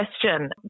question